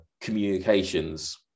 communications